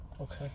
Okay